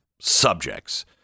subjects